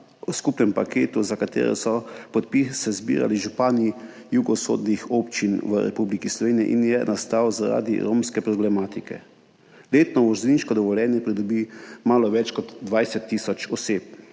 skupnem paketu, za katerega so podpise zbirali župani jugovzhodnih občin v Republiki Sloveniji in je nastal zaradi romske problematike. Letno vozniško dovoljenje pridobi malo več kot 20 tisoč oseb,